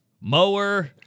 mower